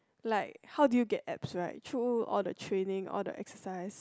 like how did you get abs right through all the training all the exercise